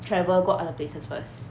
travel go other places first